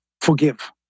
forgive